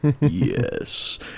Yes